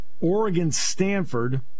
Oregon-Stanford